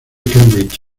cambridge